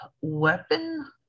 weapon